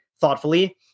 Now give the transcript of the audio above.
thoughtfully